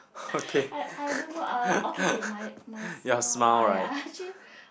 I I don't know uh okay okay my my smile lah I I actually